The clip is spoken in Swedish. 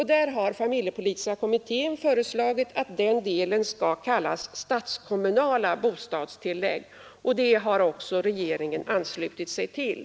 Familjepolitiska kommittén har föreslagit att den delen skall kallas det statskommunala tillägget, och det har också regeringen anslutit sig till.